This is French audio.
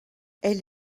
elle